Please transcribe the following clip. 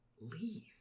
leave